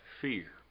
fear